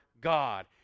God